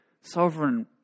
sovereign